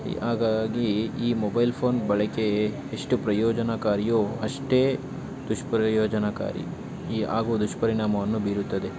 ಹಾಗಾಗಿ ಈ mobile phone ಬಳಕೆ ಎಷ್ಟು ಪ್ರಯೋಜನಕಾರಿಯೋ ಅಷ್ಟೇ ದುಷ್ಪ್ರಯೋಜನಕಾರಿ ಈ ಹಾಗೂ ದುಷ್ಪರಿಣಾಮವನ್ನು ಬೀರುತ್ತದೆ